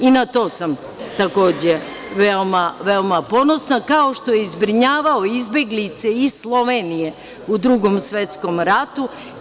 I, na to sam, takođe, veoma ponosna, kao što je i zbrinjavao izbeglice iz Slovenije u Drugom svetskom ratu.